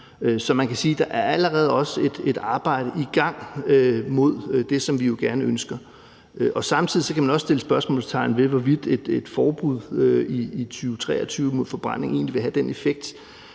Så man kan sige, at der allerede er et arbejde i gang hen mod det, som vi jo ønsker. Og samtidig kan man også sætte spørgsmålstegn ved, hvorvidt et forbud i 2023 mod forbrænding egentlig vil have en effekt